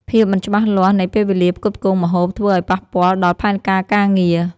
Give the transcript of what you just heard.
ភាពមិនច្បាស់លាស់នៃពេលវេលាផ្គត់ផ្គង់ម្ហូប ធ្វើឱ្យប៉ះពាល់ដល់ផែនការការងារ។